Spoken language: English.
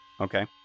Okay